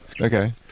Okay